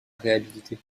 réhabilité